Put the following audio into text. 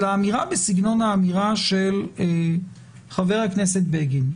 אלא אמירה בסגנון אמירתו של חבר הכנסת בגין,